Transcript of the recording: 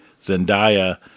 Zendaya